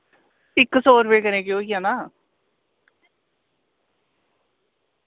इक सौ रपे कन्नै केह् होई जाना